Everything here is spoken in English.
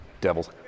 devils